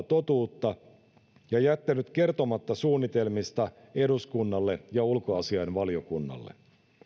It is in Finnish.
totuutta ja jättänyt kertomatta suunnitelmista eduskunnalle ja ulkoasiainvaliokunnalle